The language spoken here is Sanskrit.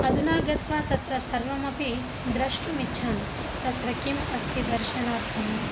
अधुना गत्वा तत्र सर्वमपि द्रष्टुमिच्छामि तत्र किं अस्ति दर्शनार्थं